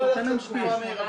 למה לא ללכת לתשובה מהירה?